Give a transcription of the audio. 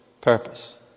purpose